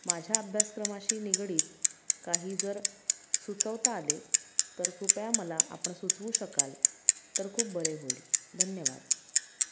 माझ्या अभ्यासक्रमाशी निगडीत काही जर सुचवता आले तर कृपया मला आपण सुचवू शकाल तर खूप बरे होईल धन्यवाद